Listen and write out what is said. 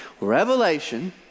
Revelation